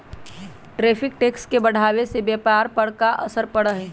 tariff tax के बढ़ावे से व्यापार पर का असर पड़ा हई